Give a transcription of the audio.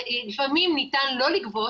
לפעמים ניתן לא לגבות,